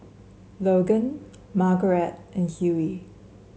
Logan Margarette and Hughey